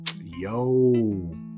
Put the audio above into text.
yo